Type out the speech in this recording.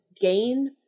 gain